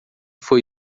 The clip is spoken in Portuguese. foi